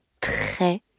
très